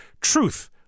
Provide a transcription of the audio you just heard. Truth